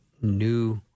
new